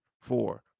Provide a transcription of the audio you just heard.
four